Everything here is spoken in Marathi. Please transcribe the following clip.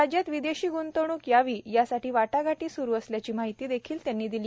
राज्यात विदेशी ग्ंतवणूक यावी यासाठी वाटाघाटी स्रू झाल्या अशी माहिती त्यांनी दिली